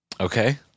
Okay